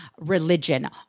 religion